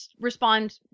respond